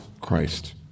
Christ